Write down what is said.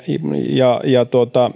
ja ja